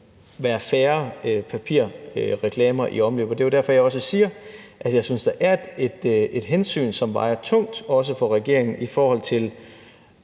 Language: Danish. være færre papirreklamer i omløb, og det er jo derfor, jeg også siger, at jeg synes, der er et hensyn, som vejer tungt, også for regeringen, i forhold til